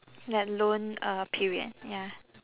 that loan uh period ya